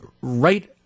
right